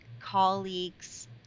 colleagues